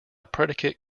predicate